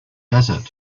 desert